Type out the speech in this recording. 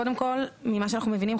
ממה אנחנו מבינים,